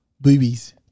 Boobies